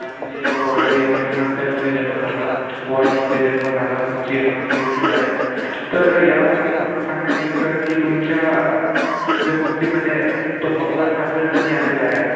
आलेली आहे ब काळे एकोणीसशे सत्त्याण्णवमध्ये जन्म झाला वाईमध्ये जन्म झाला तुमची रास वृषभ आहे तर यावरून असं सांगण्यात येईल सर की तुमच्या ज्या कुंडलीमध्ये आहे तो मंगळ सातव्या स्थानी आलेला आहे